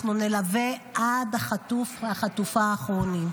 אנחנו נלווה עד החטוף והחטופה האחרונים.